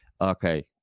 Okay